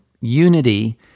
unity